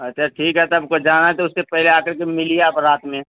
اچھا ٹھیک ہے تب آپ کو جانا ہے تو اس سے پہلے آ کر کے ملیے آپ رات میں